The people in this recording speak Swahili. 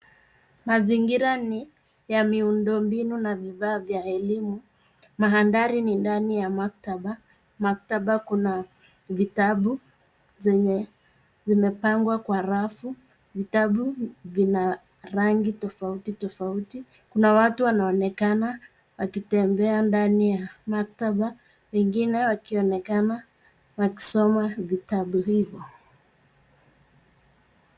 Mazingira ni ya miundo mbinu na vifaa vya elimu. Madhari ni ndani ya maktaba. Maktaba kuna vitabu zenye zimepangwa kwa rafu, vitabu vina rangi tofauti tofauti. Kuna watu wanaonekana wakitembea ndani ya maktaba wengine wakionekana wakisoma vitabu hivo.